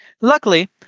Luckily